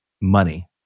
money